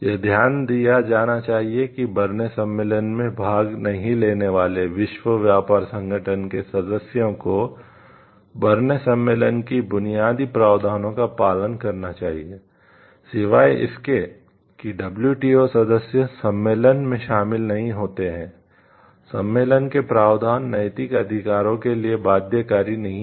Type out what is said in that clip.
यह ध्यान दिया जाना चाहिए कि बर्न सदस्य सम्मेलन में शामिल नहीं होते हैं सम्मेलन के प्रावधान नैतिक अधिकारों के लिए बाध्यकारी नहीं हैं